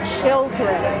children